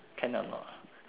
can or not